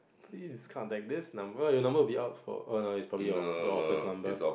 please contact this number your number will be out for oh no it's probably your your office number